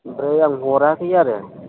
ओमफ्राय आं हराखै आरो